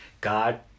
God